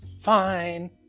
Fine